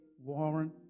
Warren